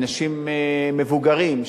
אנשים מבוגרים,